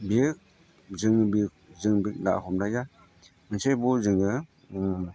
बेयो जोङो बे जोङो बे ना हमनाया मोनसे बेयाव जोङो